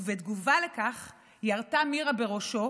ובתגובה לכך ירתה מירה בראשו